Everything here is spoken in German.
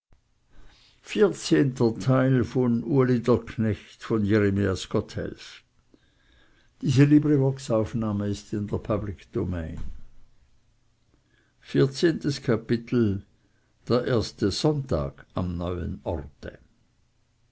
vierzehntes kapitel der erste sonntag am neuen orte